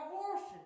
horses